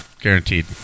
Guaranteed